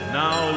now